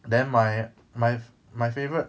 then my my my favourite